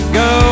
go